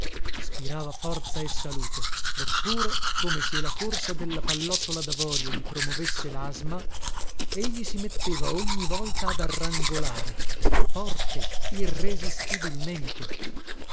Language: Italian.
spirava forza e salute eppure come se la corsa della pallottola davorio gli promovesse lasma egli si metteva ogni volta ad arrangolare forte irresistibilmente